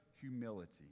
humility